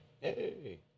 Hey